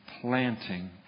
planting